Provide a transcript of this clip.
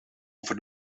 over